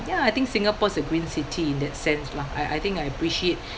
ya I think Singapore's a green city in that sense lah I I think I appreciate